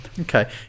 Okay